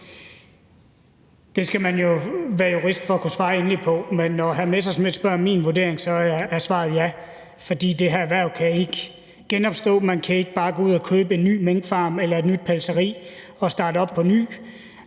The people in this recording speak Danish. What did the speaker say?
Det skal man jo være jurist for at kunne svare endeligt på. Men når hr. Morten Messerschmidt spørger om min vurdering, så er svaret ja, fordi det her erhverv ikke kan genopstå. Man kan ikke bare gå ud og købe en ny minkfarm eller et nyt pelseri og starte op på ny.